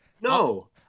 No